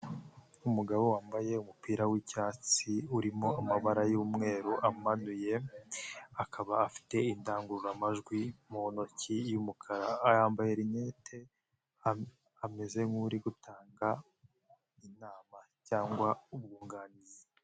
Umugabo wambaye umupira w'icyatsi urimo amabara y'umweru amanuye, akaba afite indangururamajwi mu ntoki y'umukara, yambaye rinete ameze nk'uri gutanga inama cyangwa ubwunganizi.